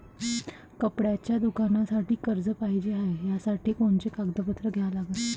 कपड्याच्या दुकानासाठी कर्ज पाहिजे हाय, त्यासाठी कोनचे कागदपत्र द्या लागन?